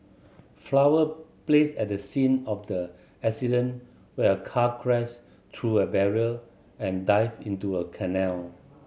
flower placed at the scene of the accident where a car crashed through a barrier and dived into a canal